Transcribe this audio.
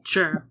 Sure